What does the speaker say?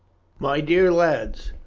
my dear lads,